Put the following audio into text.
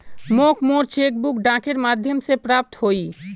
मोक मोर cheque book डाकेर माध्यम से प्राप्त होइए